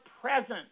present